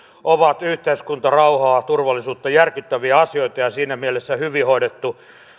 ovat yhteiskuntarauhaa ja turvallisuutta järkyttäviä asioita ja ja siinä mielessä hyvin hoidettu